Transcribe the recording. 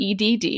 EDD